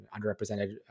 underrepresented